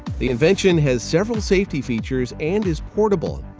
the invention has several safety features and is portable.